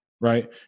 right